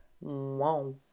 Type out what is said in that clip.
Wow